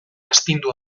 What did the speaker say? astindu